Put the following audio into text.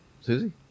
Susie